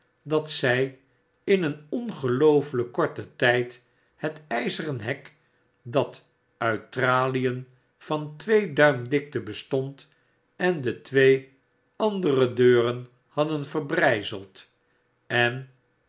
dat zij in een ongeloofelijk korten tijd het ijzeren hek dat uit tralien van twee duim dikte bestond en de twee andere deuren hadden verbrijzeld en